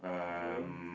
okay